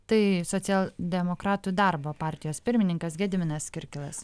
tai socialdemokratų darbo partijos pirmininkas gediminas kirkilas